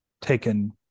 taken